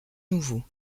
nouveau